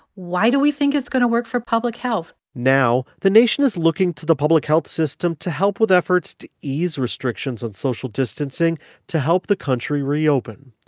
why do we think it's going to work for public health? now the nation is looking to the public health system to help with efforts to ease restrictions on social distancing to help the country reopen.